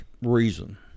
reason